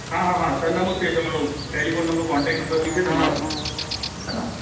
હા હા હા સરનામું છે તમારું તમારો ટૅલીફોન નંબર કૉન્ટેક્ટ નંબર બી છે તમારો હેં ને